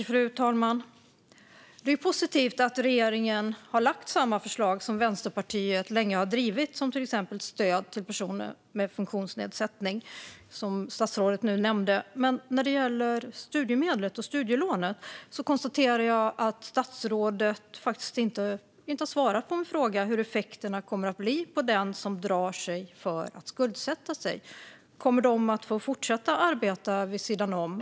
Fru talman! Det är positivt att regeringen har lagt fram samma förslag som Vänsterpartiet länge har drivit, till exempel om stöd till personer med funktionsnedsättning som statsrådet nu nämnde. Men när det gäller studiemedel och studielån konstaterar jag att statsrådet faktiskt inte svarade på min fråga om hur effekterna kommer att bli för den som drar sig för att skuldsätta sig. Kommer de att få fortsätta arbeta vid sidan om?